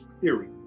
theory